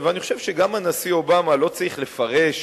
אני חושב שגם הנשיא אובמה לא צריך לפרש,